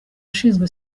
ashinzwe